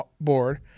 board